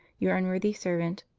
your unworthy servant,